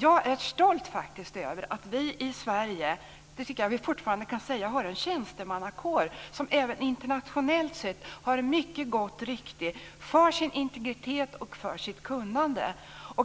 Jag är faktiskt stolt över att vi i Sverige - för det tycker jag att vi fortfarande kan säga - har en tjänstemannakår som även internationellt sett har ett mycket gott rykte för sin integritet och för sitt kunnande.